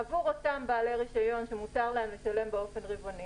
עבור אותם בעלי רישיון שמותר להם לשלם באופן רבעוני,